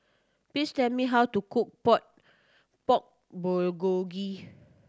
please tell me how to cook Pork Bulgogi